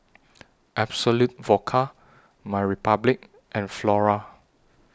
Absolut Vodka MyRepublic and Flora